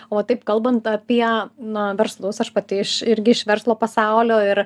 o taip kalbant apie na verslus aš pati iš irgi iš verslo pasaulio ir